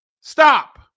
Stop